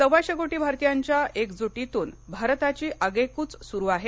सव्वाशे कोटी भारतीयांच्या एकजूटीतून भारताची आगेकूच सुरू आहे